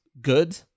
good